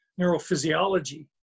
neurophysiology